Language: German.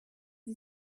sie